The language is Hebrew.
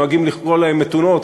נוהגים לקרוא להן מתונות,